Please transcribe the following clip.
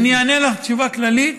אני אענה לך תשובה כללית.